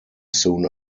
soon